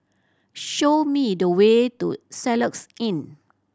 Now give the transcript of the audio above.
show me the way to Soluxe Inn